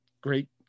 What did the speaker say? great